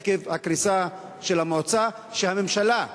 עקב הקריסה של המועצה שהממשלה,